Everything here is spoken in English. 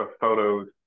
photos